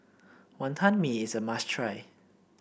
Wonton Mee is a must try